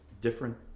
different